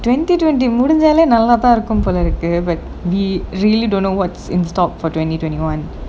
twenty twenty முடிஞ்சாலும் நல்லா தான் இருக்கோம் போல இருக்கு:mudinjaalum nallaa thaan irukom pola iruku but we really don't know what's in stock for twenty twenty one